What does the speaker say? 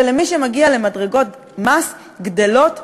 ולמי שמגיע למדרגות מס גדלות והולכות.